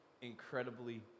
incredibly